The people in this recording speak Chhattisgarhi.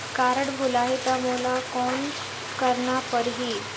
कारड भुलाही ता मोला कौन करना परही?